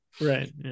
right